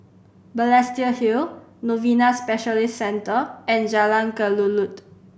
Balestier Hill Novena Specialist Centre and Jalan Kelulut